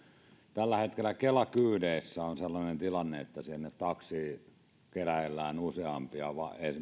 tällä hetkellä kela kyydeissä on sellainen tilanne että sinne taksiin keräillään useampia